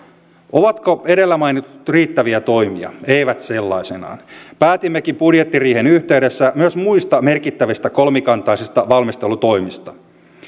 ovatko edellä mainitut riittäviä toimia eivät sellaisinaan päätimmekin budjettiriihen yhteydessä myös muista merkittävistä kolmikantaisista valmistelutoimista